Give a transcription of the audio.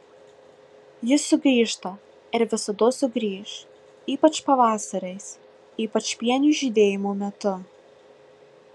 jis sugrįžta ir visados sugrįš ypač pavasariais ypač pienių žydėjimo metu